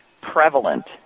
prevalent